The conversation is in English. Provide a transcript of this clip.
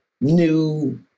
new